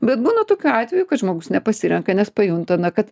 bet būna tokių atvejų kad žmogus nepasirenka nes pajunta na kad